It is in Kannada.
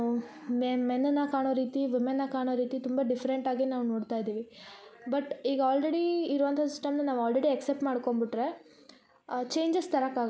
ಮೆ ಮೆನನ್ನ ಕಾಣೊ ರೀತಿ ವುಮೆನನ್ನ ಕಾಣೋ ರೀತಿ ತುಂಬ ಡಿಫೆರೆಂಟ್ ಆಗಿ ನೋಡ್ತಯಿದ್ದೀವಿ ಬಟ್ ಈಗ ಆಲ್ರೆಡೀ ಇರುವಂಥ ಸಿಸ್ಟಮ್ನ ನಾವು ಆಲ್ರೆಡಿ ಅಸ್ಸೆಪ್ಟ್ ಮಾಡ್ಕೊಂಬಿಟ್ಟರೆ ಚೇಂಜಸ್ ತರಕ್ಕಾಗಲ್ಲ